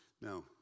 Now